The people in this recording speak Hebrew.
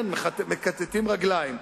כן, מכתתים רגליים.